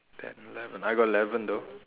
ten eleven I got eleven though